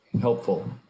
helpful